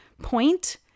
point